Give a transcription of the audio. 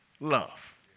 love